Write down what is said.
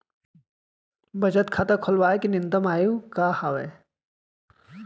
बचत खाता खोलवाय के न्यूनतम आयु का हवे?